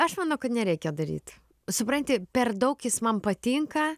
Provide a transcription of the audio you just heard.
aš manau kad nereikia daryt supranti per daug jis man patinka